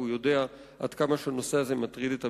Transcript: והוא יודע עד כמה הנושא הזה מטריד את המשרד.